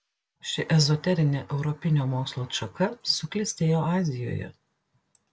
ši ezoterinė europinio mokslo atšaka suklestėjo azijoje